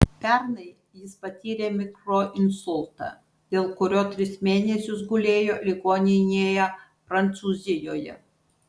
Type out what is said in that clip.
pernai jis patyrė mikroinsultą dėl kurio tris mėnesius gulėjo ligoninėje prancūzijoje